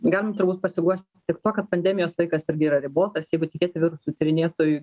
galim turbūt pasiguosti tik tuo kad pandemijos laikas irgi yra ribotas jeigu tikėti virusų tyrinėtojų